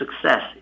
success